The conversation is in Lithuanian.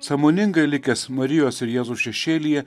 sąmoningai likęs marijos ir jėzus šešėlyje